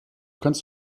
kannst